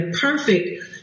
perfect